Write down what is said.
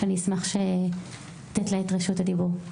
שאני אשמח לתת לה את רשות הדיבור.)